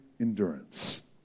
endurance